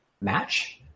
match